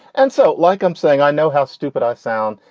and so, like i'm saying, i know how stupid i sound,